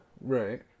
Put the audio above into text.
Right